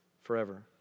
forever